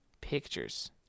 Pictures